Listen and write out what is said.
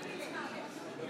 נגד חוה אתי